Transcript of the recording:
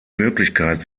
möglichkeit